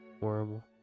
Horrible